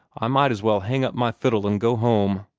i might as well hang up my fiddle and go home.